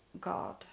God